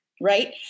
right